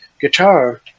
guitar